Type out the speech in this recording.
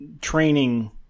training